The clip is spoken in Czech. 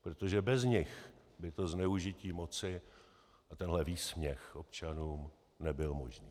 Protože bez nich by to zneužití moci a tenhle výsměch občanům nebyly možné.